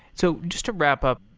so just to wrap up,